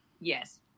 Yes